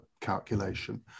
calculation